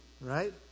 right